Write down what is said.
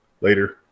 Later